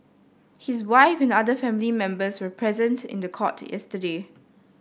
his wife and other family members were present in the court yesterday